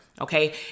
okay